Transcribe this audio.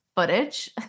Footage